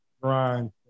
Brian